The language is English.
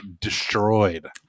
destroyed